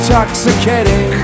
Intoxicating